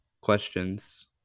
questions